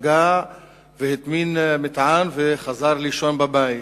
פגע והטמין מטען וחזר לישון בבית,